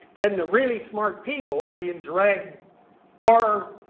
then the really smart people are being dragged far,